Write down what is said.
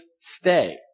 stay